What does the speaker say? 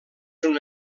una